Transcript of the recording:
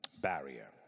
barrier